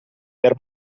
per